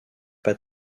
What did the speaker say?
pas